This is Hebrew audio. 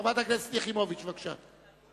חברת הכנסת יחימוביץ, בבקשה.